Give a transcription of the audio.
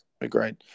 Agreed